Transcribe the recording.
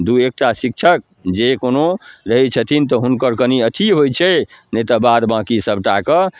दुइ एकटा शिक्षक जे कोनो रहै छथिन तऽ हुनकर कनि अथी होइ छै नहि तऽ बाद बाकी सभटाके